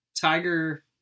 Tiger